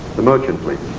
the merchant fleet.